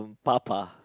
papa